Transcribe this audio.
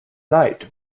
night